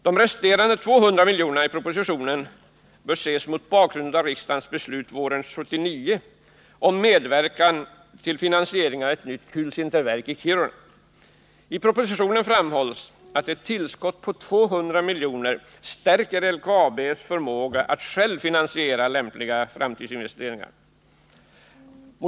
De resterande 200 miljonerna i propositionen bör ses mot bakgrund av riksdagens beslut våren 1979 om medverkan till finansieringen av ett nytt kulsinterverk i Kiruna. I propositionen framhålls att ett tillskott på 200 miljoner stärker LKAB:s förmåga att självt finansiera lämpliga framtidsinvesteringar.